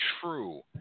true